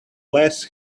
less